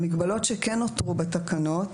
המגבלות שכן נותרו בתקנות,